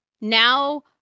now